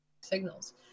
signals